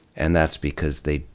and that's because they,